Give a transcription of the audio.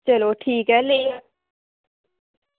चलो ठीक ऐ लेई जायो